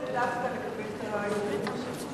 ניסינו דווקא לקבל את הערעורים עכשיו.